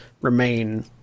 remain